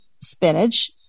spinach